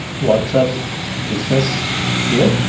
what's up business here?